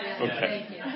Okay